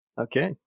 Okay